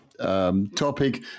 Topic